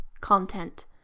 content